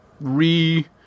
re